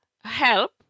help